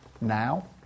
now